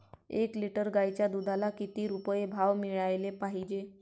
एक लिटर गाईच्या दुधाला किती रुपये भाव मिळायले पाहिजे?